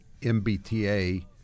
MBTA